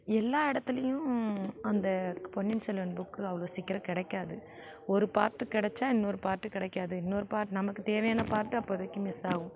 எல்லா இடத்திலியும் அந்த பொன்னியின் செல்வன் புக்கு அவ்வளோ சீக்கிரம் கிடைக்காது ஒரு பார்ட்டு கிடச்சா இன்னொரு பாரட்டு கிடைக்காது இன்னொரு பார்ட் நமக்குத் தேவையான பார்ட்டு அப்போதைக்கு மிஸ் ஆவும்